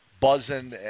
buzzing